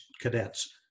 cadets